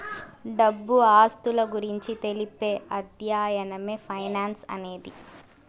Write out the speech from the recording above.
డబ్బు ఆస్తుల గురించి తెలిపే అధ్యయనమే ఫైనాన్స్ అనేది